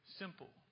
simple